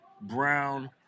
Brown